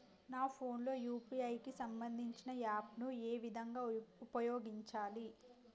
నా ఫోన్ లో యూ.పీ.ఐ కి సంబందించిన యాప్ ను ఏ విధంగా ఉపయోగించాలి?